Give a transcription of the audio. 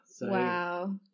Wow